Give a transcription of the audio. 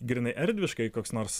grynai erdviškai koks nors